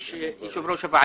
יושב ראש הוועדה.